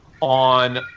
on